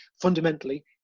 fundamentally